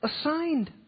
assigned